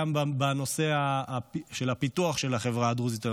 גם בנושא הפיתוח של החברה הדרוזית.